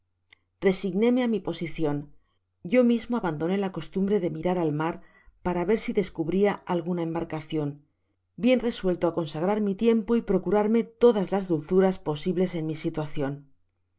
bien resignóme á mi posicion yo mismo abandoné la costumbre de mirar al mar para ver si descubria alguna embarcacion bien resuelto á consagrar mi tiempo á procurarme todas las dulzuras posibles en mi situacion